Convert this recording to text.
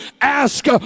ask